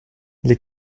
les